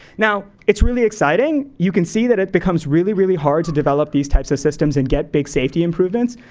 now it's really exciting. you can see that it becomes really, really hard to develop these types of systems and get big safety improvements.